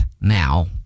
now